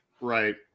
right